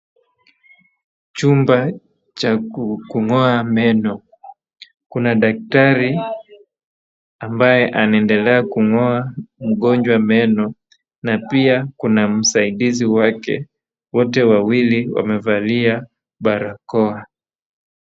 Chumba cha kung'oa meno, kuna daktari ambaye anaendela kung'oa mgonjwa meno na pia kuna msaidizi wake. Wote wawili wamevalia barakoa.